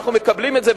ואנחנו מקבלים את זה,